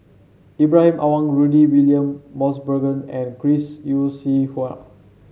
Ibrahim Awang Rudy William Mosbergen and Chris Yeo Siew Hua